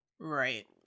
right